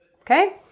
Okay